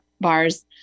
bars